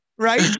Right